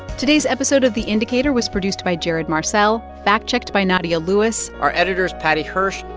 today's episode of the indicator was produced by jared marcelle, fact-checked by nadia lewis our editor is paddy hirsch,